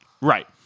Right